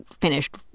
finished